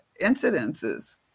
incidences